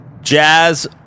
Jazz